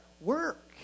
work